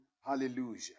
hallelujah